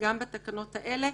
גם בתקנות האלה.